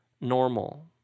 normal